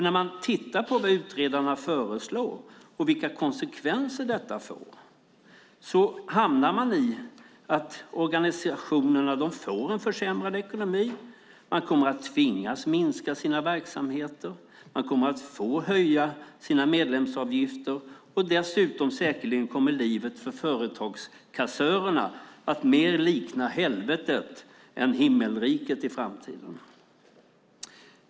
När man ser på vad utredarna föreslår och vilka konsekvenser det får hamnar man i att organisationerna får en försämrad ekonomi. De kommer att tvingas minska sina verksamheter. Man kommer att få höja sina medlemsavgifter, och dessutom kommer livet för föreningskassörerna mer att likna helvetet än himmelriket i framtiden.